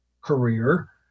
career